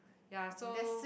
ya so